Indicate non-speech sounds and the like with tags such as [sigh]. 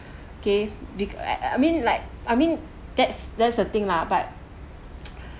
okay be~ I I I mean like I mean that's that's a thing lah but [noise]